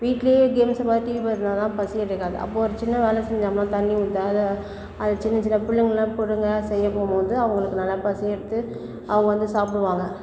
வீட்லேயே கேம்ஸை பார்த்துட்டு டிவி பார்த்துட்டு இருந்தால் தான் பசி எடுக்காது அப்போது ஒரு சின்ன வேலை செஞ்சோமா தண்ணி ஊற்ற அதை அதை சின்ன சின்ன பிள்ளைங்கள்லாம் கொடுங்க செய்யப் போகும்போது அவங்களுக்கு நல்லா பசி எடுத்து அவங்க வந்து சாப்பிடுவாங்க